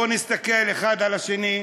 בוא נסתכל אחד על השני,